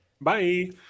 bye